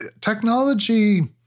technology